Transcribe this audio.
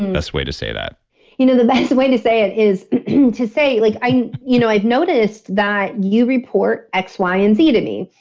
and best way to say that you know the best way to say it is to say, like you know i've noticed that you report x, y, and z to me,